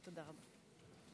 תודה רבה.